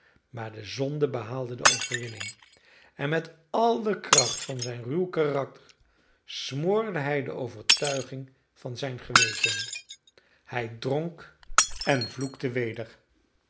binnenste maar de zonde behaalde de overwinning en met al de kracht van zijn ruw karakter smoorde hij de overtuiging van zijn geweten hij dronk en vloekte weder